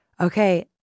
okay